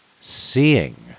seeing